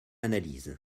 analyse